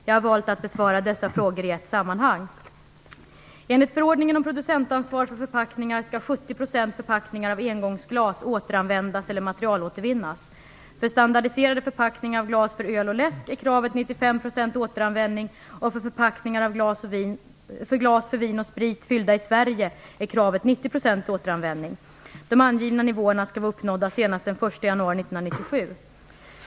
Jag har valt att besvara dessa frågor i ett sammanhang. 95 % återanvändning, och för förpackningar av glas för vin och sprit fyllda i Sverige är kravet 90 % återanvändning. De angivna nivåerna skall vara uppnådda senast den 1 januari 1997.